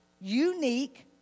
unique